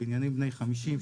בניינים בני 50,